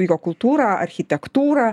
jo kultūrą architektūrą